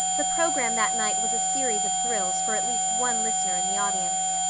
the program that night was a series of thrills for at least one listener in the audience,